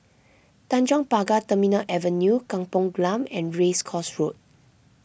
Tanjong Pagar Terminal Avenue Kampung Glam and Race Course Road